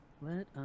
Let